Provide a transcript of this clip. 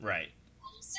Right